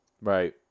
Right